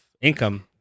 income